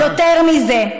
יותר מזה,